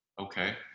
okay